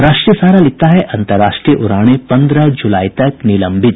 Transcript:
राष्ट्रीय सहारा लिखता है अन्तर्राष्ट्रीय उड़ाने पन्द्रह जुलाई तक निलंबित